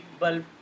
bulb